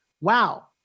Wow